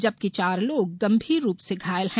जबकि चार लोग गंभीर रूप से घायल है